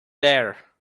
there